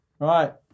right